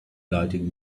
lighting